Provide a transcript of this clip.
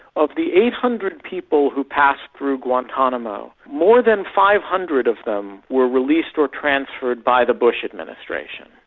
of the eight hundred people who passed through guantanamo, more than five hundred of them were released or transferred by the bush administration.